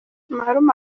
marume